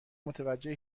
متوجه